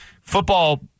football